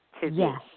Yes